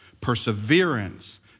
perseverance